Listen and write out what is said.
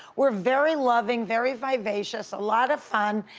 we're very loving, very vivacious, a lot of fun,